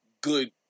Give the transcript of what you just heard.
good